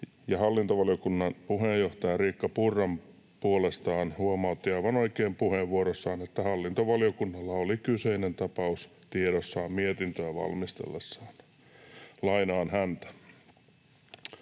hallintovaliokunnan puheenjohtaja Riikka Purra puolestaan huomautti aivan oikein puheenvuorossaan, että hallintovaliokunnalla oli kyseinen tapaus tiedossaan mietintöä valmistellessaan. Lainaan häntä: